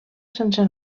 sense